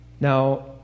Now